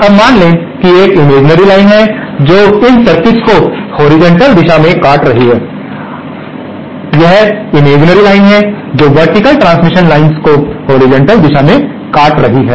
अब मान लें कि एक इमेजिनरी लाइन है जो इन सर्किट्स को हॉरिजॉन्टल दिशा में काट रही है अब यह इमेजिनरी लाइन है जो वर्टीकल ट्रांसमिशन लाइन्स को हॉरिजॉन्टल दिशा में काट रही है